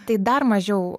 tai dar mažiau